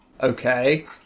okay